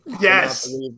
Yes